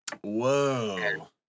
Whoa